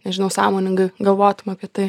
nežinau sąmoningai galvotum apie tai